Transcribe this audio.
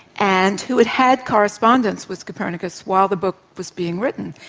and who had had correspondence with copernicus while the book was being written,